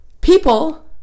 People